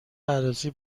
عروسی